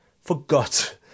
forgot